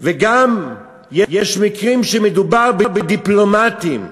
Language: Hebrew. וגם יש מקרים שמדובר בדיפלומטים,